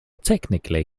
technically